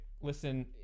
Listen